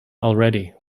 already